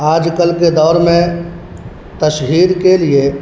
آج کل کے دور میں تشہیر کے لیے